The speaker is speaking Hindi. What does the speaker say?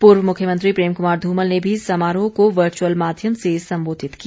पूर्व मुख्यमंत्री प्रेम कुमार धूमल ने भी समारोह को वर्चअल माध्यम से संबोधित किया